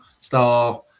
star